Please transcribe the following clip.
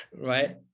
right